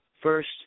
first